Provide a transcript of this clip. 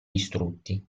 distrutti